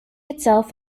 itself